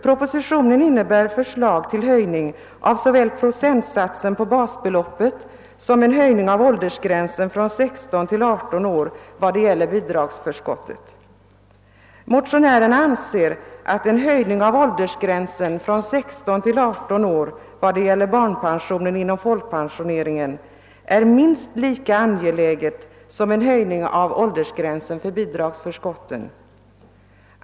Propositionen innehåller beträffande bidragsförskott förslag till höjning av såväl procentsatsen på basbeloppet som av åldersgränsen från 16 till 18 år. Motionärerna anser att en höjning av åldersgränsen från 16 till 18 år för barnpensionen inom folkpensioneringen är minst lika angelägen som en höjning av åldersgränsen för bidragsförskotten.